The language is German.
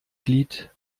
glied